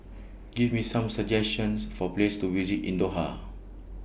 Give Me Some suggestions For Places to visit in Doha